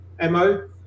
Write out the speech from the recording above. MO